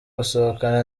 gusohokana